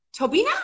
Tobina